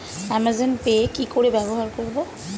Amazon Pay কি করে ব্যবহার করব?